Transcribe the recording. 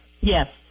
Yes